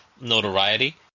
notoriety